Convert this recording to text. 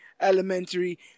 elementary